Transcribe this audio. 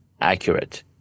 accurate